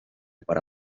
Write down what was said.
para